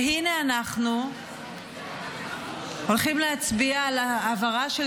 והינה אנחנו הולכים להצביע על העברה של